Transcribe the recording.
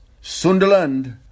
Sunderland